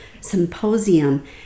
symposium